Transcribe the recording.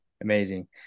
Amazing